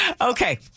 Okay